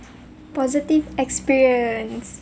positive experience